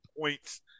points